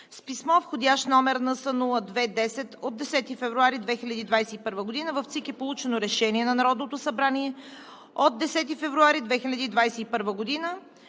С писмо вх. № НС-02-10 от 10 февруари 2021 г. в ЦИК е получено Решение на Народното събрание от 10 февруари 2021 г.,